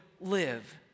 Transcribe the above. live